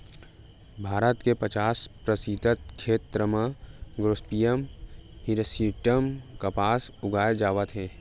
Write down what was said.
भारत के पचास परतिसत छेत्र म गोसिपीयम हिरस्यूटॅम कपसा उगाए जावत हे